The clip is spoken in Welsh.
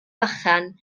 bychan